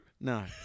No